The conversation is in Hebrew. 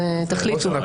אז תחליטו.